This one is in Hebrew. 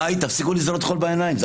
די, תפסיקו לזרות חול בעיניים.